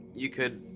you could